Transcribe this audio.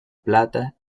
plata